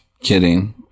kidding